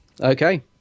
okay